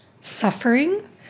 suffering